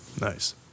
Nice